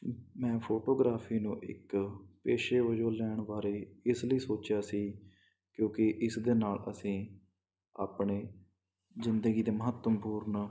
ਮੈਂ ਫੋਟੋਗ੍ਰਾਫੀ ਨੂੰ ਇੱਕ ਪੇਸ਼ੇ ਵਜੋਂ ਲੈਣ ਬਾਰੇ ਇਸ ਲਈ ਸੋਚਿਆ ਸੀ ਕਿਉਂਕਿ ਇਸਦੇ ਨਾਲ ਅਸੀਂ ਆਪਣੇ ਜ਼ਿੰਦਗੀ ਦੇ ਮਹੱਤਵਪੂਰਨ